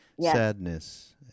sadness